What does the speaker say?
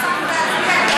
לא הספקנו להצביע,